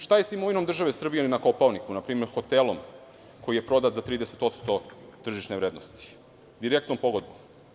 Šta je sa imovinom države Srbije na Kopaoniku, na primer hotelom koji je prodat za 30% tržišne vrednosti, direktnom pogodbom.